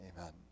amen